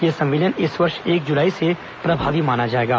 यह संविलियन इस वर्ष एक जुलाई से प्रभावी माना जाएगा